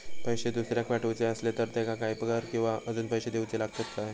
पैशे दुसऱ्याक पाठवूचे आसले तर त्याका काही कर किवा अजून पैशे देऊचे लागतत काय?